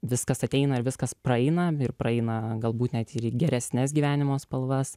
viskas ateina ir viskas praeina ir praeina galbūt net ir į geresnes gyvenimo spalvas